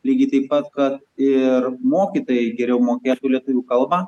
lygiai taip pat kad ir mokytojai geriau mokėtų lietuvių kalbą